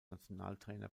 nationaltrainer